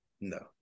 No